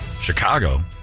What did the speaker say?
Chicago